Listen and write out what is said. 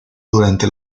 durante